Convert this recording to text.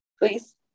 please